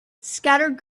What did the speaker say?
scattered